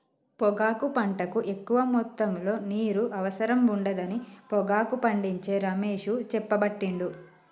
పొగాకు పంటకు ఎక్కువ మొత్తములో నీరు అవసరం ఉండదని పొగాకు పండించే రమేష్ చెప్పబట్టిండు